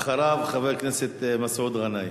אחריו, חבר הכנסת מסעוד גנאים.